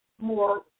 more